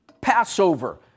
Passover